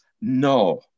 No